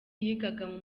yigaga